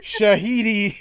Shahidi